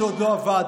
שעוד לא אבד,